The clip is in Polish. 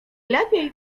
lepiej